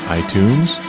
iTunes